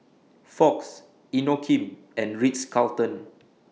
Fox Inokim and Ritz Carlton